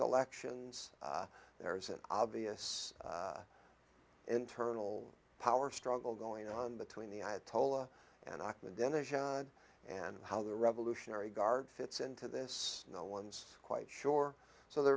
elections there's an obvious internal power struggle going on between the ayatollah and i and then there's and how the revolutionary guard fits into this no one's quite sure so there